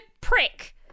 prick